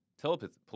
Telepathy